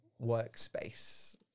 Workspace